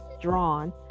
drawn